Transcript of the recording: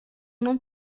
não